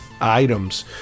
items